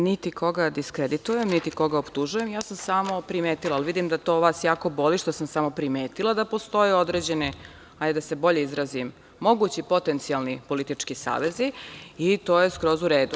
Niti koga diskreditujem, niti koga optužujem, samo sam primetila, ali vidim da to vas jako boli što sam samo primetila da postoje određene, hajde da se bolje izrazim, mogući potencijalni politički savezi i to je skroz u redu.